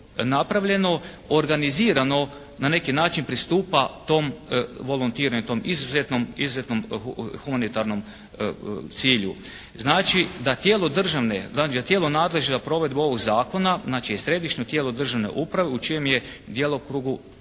napravljeno organizirano na neki način pristupa tom volontiranju, tom izuzetnom humanitarnom cilju. Znači, da tijelo državne, tijelo nadležno za provedbu ovog zakona, znači Središnje tijelo državne uprave u čijem je djelokrugu